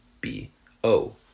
B-O